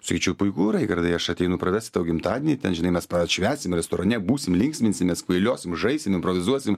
sakyčiau puiku raigardui aš ateinu pravesti tau gimtadienį tą žinai mes atšvęsim restorane būsime linksminsimės kvailiosim žaisim improvizuosim